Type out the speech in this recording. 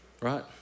Right